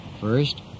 First